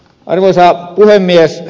arvoisa puhemies